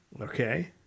Okay